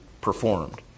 performed